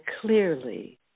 clearly